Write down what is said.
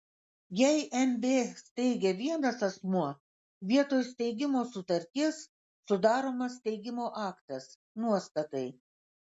jei mb steigia vienas asmuo vietoj steigimo sutarties sudaromas steigimo aktas nuostatai